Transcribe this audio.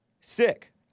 Sick